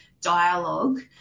dialogue